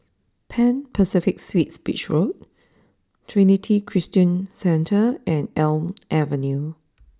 Pan Pacific Suites Beach Road Trinity Christian Centre and Elm Avenue